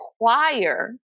require